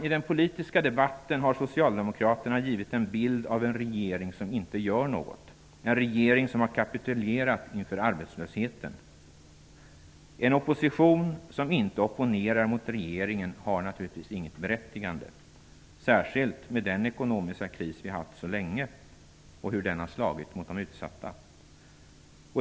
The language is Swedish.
I den politiska debatten har socialdemokraterna givit en bild av en regering som inte gör något, en regering som har kapitulerat inför arbetslösheten. En opposition som inte opponerar mot regeringen har naturligtvis inget berättigande, särskilt med tanke på den ekonomiska kris vi haft så länge och hur den slagit mot de utsatta.